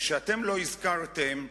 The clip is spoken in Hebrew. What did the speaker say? שאתם לא הזכרתם,